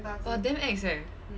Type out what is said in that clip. !wah! damn ex eh